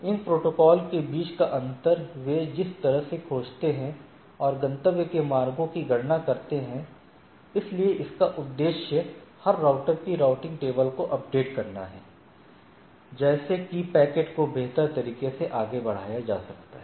इन protocol के बीच का अंतर वे जिस तरह से खोजते हैं और गंतव्य के मार्गों की गणना करते हैं इसलिए इसका उद्देश्य हर राउटर की राउटिंग टेबल को अपडेट करना है जैसे कि पैकेट को बेहतर तरीके से आगे बढ़ाया जा सकता है